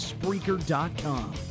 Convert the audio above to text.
Spreaker.com